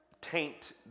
taint